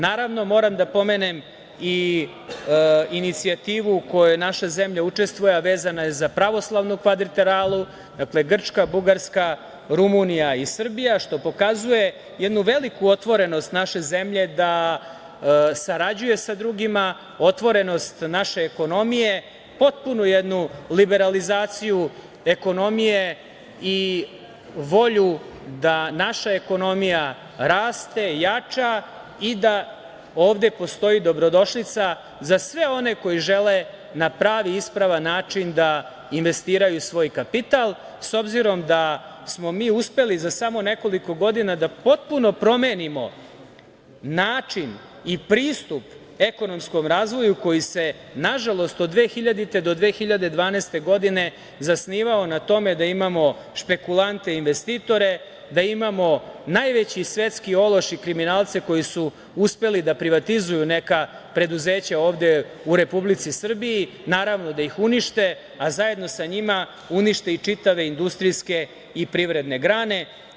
Naravno, moram da napomenem i inicijativu u kojoj naša zemlja učestvuje, a vezana je za Pravoslavnu kvadriteralu, Grčka, Bugarska, Rumunija i Srbija, što pokazuje jednu veliku otvorenost naše zemlje da sarađuje sa drugima, otvorenost naše ekonomije, potpunu jednu liberalizaciju ekonomije i volju da naša ekonomija raste, jača i da ovde postoji dobrodošlica za sve one koji žele na pravi i ispravan način da investiraju svoj kapital s obzirom da smo mi uspeli da za samo nekoliko godina potpuno promenimo način i pristup ekonomskom razvoju koji se nažalost od 2000. do 2012. godine zasnivao na tome da imamo špekulante investitore, da imamo najveći svetski ološ i kriminalce koji su uspeli da privatizuju neka preduzeća ovde u Republici Srbiji, naravno da ih unište, a zajedno sa njima unište i čitave industrijske i privredne grane.